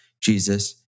jesus